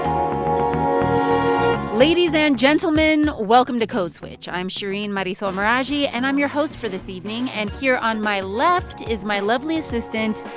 um ladies and gentlemen, welcome to code switch. i'm shereen marisol meraji, and i'm your host for this evening. and here on my left is my lovely assistant,